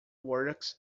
works